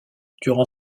durant